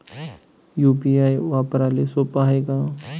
UPI वापराले सोप हाय का?